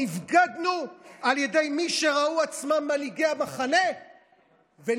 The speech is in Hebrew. נבגדנו על ידי מי שראו עצמם מנהיגי המחנה ונכנעו